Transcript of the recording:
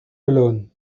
alone